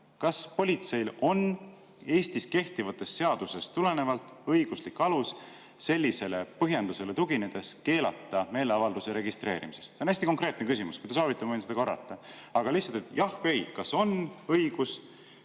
Kas politseil on Eestis kehtivatest seadustest tulenevalt õiguslik alus sellisele põhjendusele tuginedes keelduda meeleavalduse registreerimisest? See on hästi konkreetne küsimus. Kui te soovite, ma võin seda korrata. Aga lihtsalt, jah või ei: kas on õigus